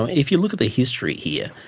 if you look at the history here,